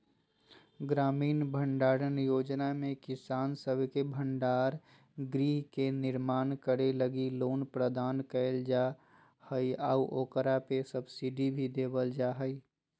ग्रामीण भंडारण योजना में किसान सब के भंडार गृह के निर्माण करे लगी लोन प्रदान कईल जा हइ आऊ ओकरा पे सब्सिडी भी देवल जा हइ